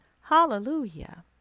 hallelujah